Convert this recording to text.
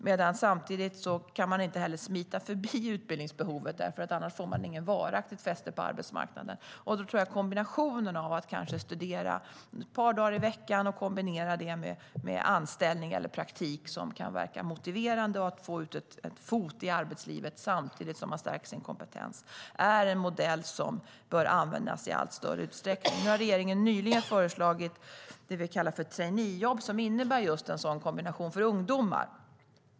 Men samtidigt kan man inte smita förbi utbildningsbehovet, för annars får man inget varaktigt fäste på arbetsmarknaden. Jag tror att det kan vara bra med en kombination, där man studerar ett par dagar i veckan kombinerat med anställning eller praktik, som kan verka motiverande och innebär att man får in en fot i arbetslivet samtidigt som man stärker sin kompetens. Det är en modell som bör användas i allt större utsträckning. Nu har regeringen nyligen föreslagit det vi kallar för traineejobb, som innebär just en sådan kombination för ungdomar.